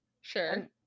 Sure